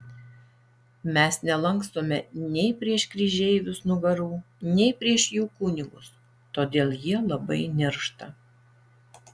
mes nelankstome nei prieš kryžeivius nugarų nei prieš jų kunigus todėl jie labai niršta